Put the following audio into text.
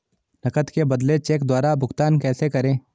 नकद के बदले चेक द्वारा भुगतान कैसे करें?